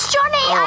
Johnny